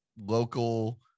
local